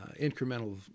incremental